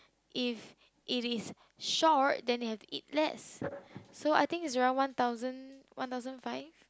if it is short then you have to eat less so I think is zero one thousand one thousand five